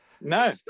No